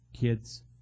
kids